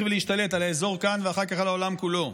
ולהשתלט על האזור כאן ואחר כך על העולם כולו.